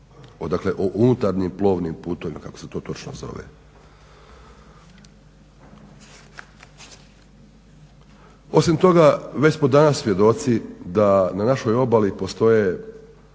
dakle unutarnjim plovnim putovima kako se to točno zove. Osim toga već smo danas svjedoci da na našoj obali postoje